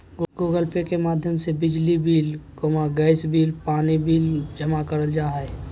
Google Pay के माध्यम से बिजली बिल, गैस बिल, पानी बिल जमा करल जा हय